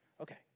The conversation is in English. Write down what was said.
Okay